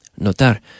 Notar